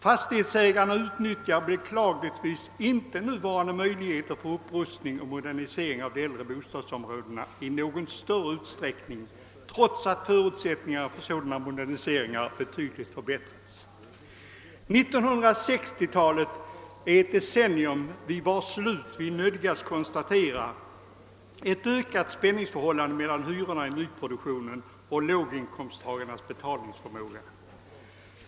Fastighetsägarna utnyttjar beklagligtvis inte nuvarande möjligheter till upprustning och modernisering av de äldre bostadsområdena i någon större utsträckning, trots att förutsättningar för sådana moderniseringar betydligt förbättrats. 1960-talet är ett decennium vid vars slut vi nödgas konstatera ett ökat spänningsförhållande mellan hyrorna i nyproduktion och låginkomsttagarnas betalningsförmåga.